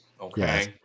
okay